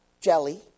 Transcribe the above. jelly